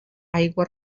aigua